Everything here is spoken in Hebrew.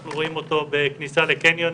אנחנו רואים אותו בכניסה לקניונים,